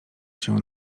się